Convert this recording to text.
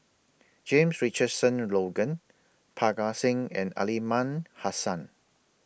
James Richardson Logan Parga Singh and Aliman Hassan